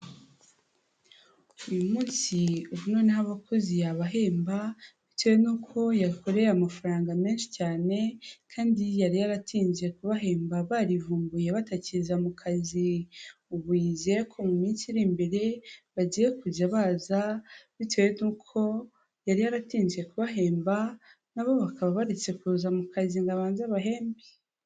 Uyu munsi, ubu noneho abakozi yabahemba bitewe n'uko yakoreye amafaranga menshi cyane kandi yari yaratinze kubahemba barivumbuye batakiza mu kazi, ubu yizeye ko mu minsi iri imbere, bagiye kujya baza bitewe n'uko yari yaratinze kubahemba, na bo bakaba baretse kuza mu kazi ngo abanze abahembe.